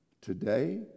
Today